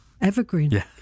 Evergreen